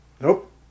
Nope